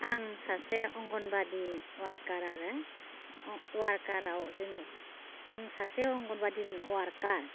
आं सासे अंगनवादि वारकार आनो वारकारआव जेन' आं सासे अंगनवादिनि वारकार